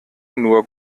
nur